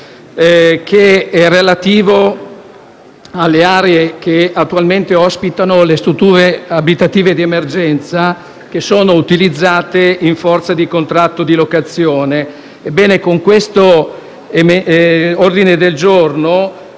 G1.2, relativo alle aree che attualmente ospitano le strutture abitative di emergenza, che sono utilizzate in forza di contratto di locazione. Ebbene, con questo ordine del giorno